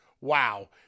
Wow